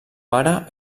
pare